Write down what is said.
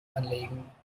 anlegen